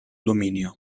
dominio